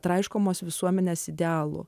traiškomos visuomenės idealų